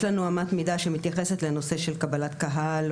יש לנו אמת מידה שמתייחסת לנושא של קבלת קהל,